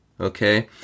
okay